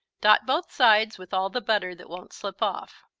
dot both sides with all the butter that won't slip off.